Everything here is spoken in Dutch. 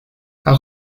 hou